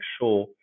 sure